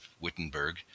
Wittenberg